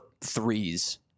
threes